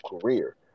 career